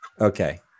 Okay